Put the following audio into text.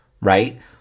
right